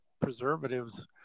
preservatives